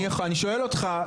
אני שואל אותך,